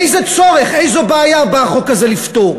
איזה צורך, איזו בעיה בא החוק הזה לפתור?